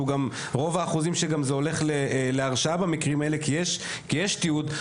וגם רוב האחוזים שזה הולך להרשעה במקרים האלה כי יש תיעוד,